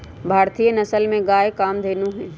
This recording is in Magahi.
भारतीय नसल में गाय कामधेनु हई